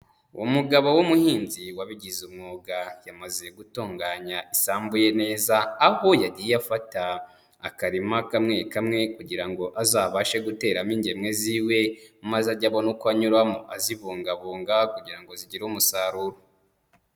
Umugabo w'umuhinzi wabigize umwuga yamaze gutunganya isambu ye neza aho yagiye afata akarima kamwe kamwe kugira ngo azabashe guteramo ingemwe ziwe maze ajye abona uko anyuramo azibungabunga kugira ngo zigire umusaruro.